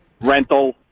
rental